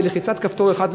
בלחיצת כפתור אחת,